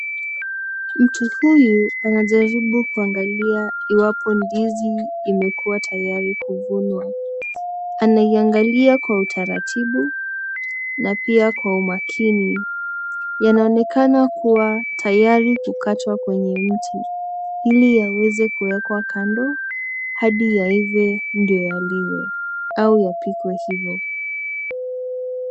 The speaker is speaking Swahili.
Mtu huyu anajaribu kungalia iwapo ndizi imekuwa tayari kuvunwa, anaiangalia kwa utaratibu na pia kwa umakini, yanaonekana kuwa tayari kukatwa kwenye mti, ili yaweze kuwekwa kando hadi yaiwe ndio yaliwe, au yapikwe hivo.